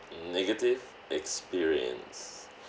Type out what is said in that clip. negative experience